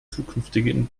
zukünftige